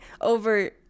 over